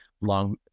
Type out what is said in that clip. long